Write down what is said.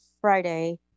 Friday